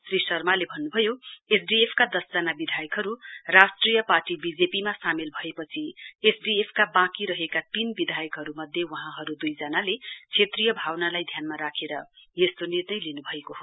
श्री शर्माले भन्नुभयो एसडिएफ का दशजना विधायकहरु राष्ट्रिय पार्टी बीजेपीमा सामेल भएपछि एसडिएफ का वाँकी रहेका तीन विधायकहरु मध्ये वहाँहरु दुइ जनाले क्षेत्रीय भावनालाई ध्यानमा राखेर यस्तो निर्णय लिनुभएको हो